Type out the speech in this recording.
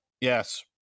Yes